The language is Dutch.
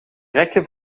rekken